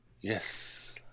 Yes